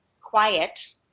quiet